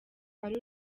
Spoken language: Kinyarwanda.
ari